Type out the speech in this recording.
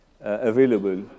available